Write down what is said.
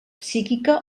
psíquica